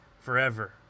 forever